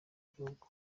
gihugu